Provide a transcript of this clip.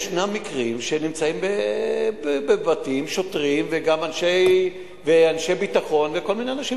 יש מקרים שנמצאים בבתים שוטרים וגם אנשי ביטחון וכל מיני אנשים,